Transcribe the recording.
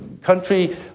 country